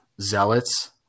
Zealots